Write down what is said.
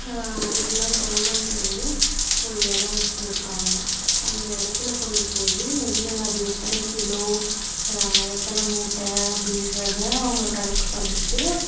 அதுக்கெலாம் கவர்மெண்ட் வந்து ஒரு இடோம் வச்சுருக்காங்க அந்த இடத்துல கொண்டு போய் நெல் அது எத்தனை கிலோ எத்தனை மூட்டை அப்படின்றத அவங்க கணக்கு பண்ணிட்டு